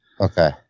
Okay